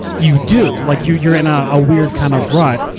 you do. like, you, you're in ah a weird kind of rut.